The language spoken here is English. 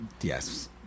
yes